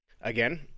again